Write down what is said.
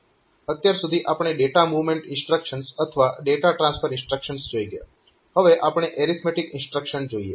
અત્યાર સુધી આપણે ડેટા મૂવમેન્ટ ઇન્સ્ટ્રક્શન્સ અથવા ડેટા ટ્રાન્સફર ઇન્સ્ટ્રક્શન્સ જોઈ ગયા હવે આપણે એરિથમેટીક ઇન્સ્ટ્રક્શન જોઈએ